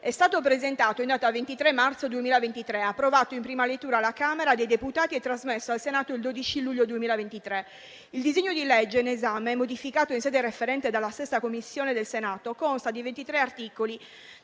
è stato presentato in data 23 marzo 2023, approvato in prima lettura dalla Camera dei deputati e trasmesso al Senato il 12 luglio 2023. Il disegno di legge in esame, modificato in sede referente dalla 6a Commissione del Senato, consta di 23 articoli,